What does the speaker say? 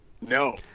No